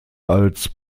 als